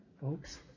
folks